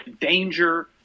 danger